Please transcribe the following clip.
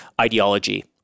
ideology